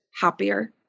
happier